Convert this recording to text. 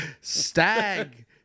stag